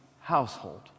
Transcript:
household